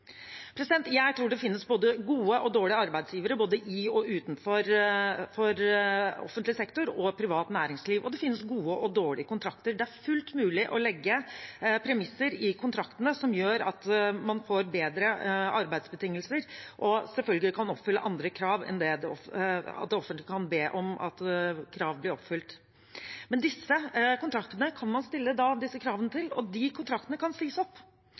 Jeg tror det finnes både gode og dårlige arbeidsgivere i både offentlig sektor og privat næringsliv, og det finnes gode og dårlige kontrakter. Det er fullt mulig å legge premisser i kontraktene som gjør at man får bedre arbeidsbetingelser, og selvfølgelig kan det offentlige be om at krav blir oppfylt. Men disse kontraktene kan man da stille krav til, og kontraktene kan sies opp.